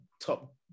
top